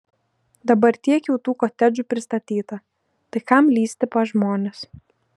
dabar tiek jau tų kotedžų pristatyta tai kam lįsti pas žmones